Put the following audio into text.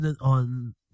on